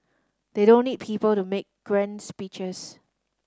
they don't need people to make grand speeches